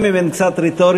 גם אם הן קצת רטוריות,